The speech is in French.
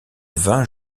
vingt